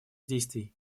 действий